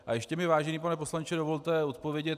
A ještě mi, vážený pane poslanče, dovolte odpovědět.